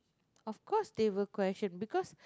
of course they will question because